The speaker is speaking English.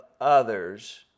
others